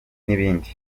n’ibindi